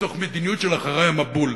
מתוך מדיניות של אחרי המבול.